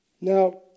Now